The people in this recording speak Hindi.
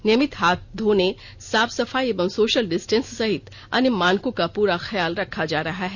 नियमित हाथ धोने साफ सफाई एवं सोशल डिस्टेंस सहित अन्य मानकों का पूरा ख्याल रखा जा रहा है